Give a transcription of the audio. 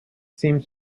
seems